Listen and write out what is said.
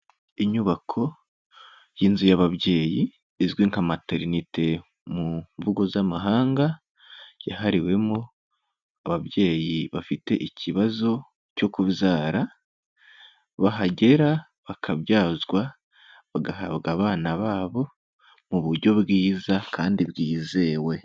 Inyubako y'inzu y'ababyeyi izwi nka Materinite mu mvugo z'amahanga, yahariwemo ababyeyi bafite ikibazo cyo kubyara, bahagera bakabyazwa, bagahabwa abana babo mu buryo bwiza kandi bwizewe.